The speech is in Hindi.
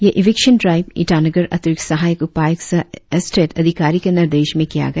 यह इविकशन ड्राइव ईटानगर अतिरिक्त सहायक उपायुक्त सह एस्टेट अधिकारी के निर्देश में किया गया